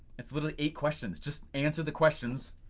it's literally eight questions, just answer the questions.